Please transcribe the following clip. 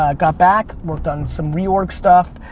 ah got back, worked on some re-org stuff,